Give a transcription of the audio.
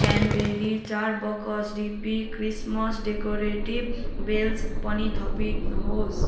cranberry चार बाकस DP Christmas decorative bells पनि थपिनुहोस्